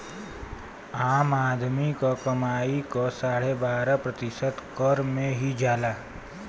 आम आदमी क कमाई क साढ़े बारह प्रतिशत कर में ही जाला